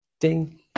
Ding